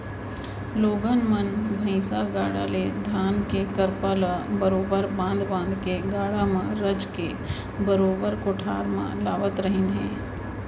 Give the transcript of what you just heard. लोगन मन भईसा गाड़ा ले धान के करपा ल बरोबर बांध बांध के गाड़ा म रचके बरोबर कोठार म लावत रहिन हें